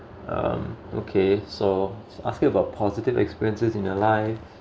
um okay so asking about positive experiences in your life